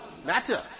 matter